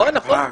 נכון, נכון.